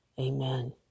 Amen